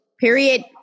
Period